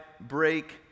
break